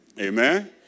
Amen